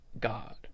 God